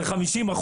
זה 50%,